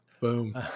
Boom